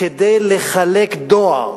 כדי לחלק דואר.